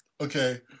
Okay